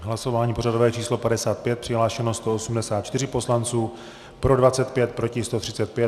Hlasování pořadové číslo 55, přihlášeno 184 poslanců, pro 25, proti 135.